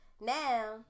now